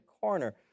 corner